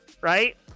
right